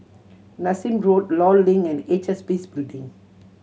Nassim Road Law Link and H S B C Building